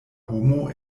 homo